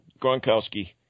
Gronkowski